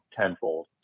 tenfold